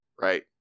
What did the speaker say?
Right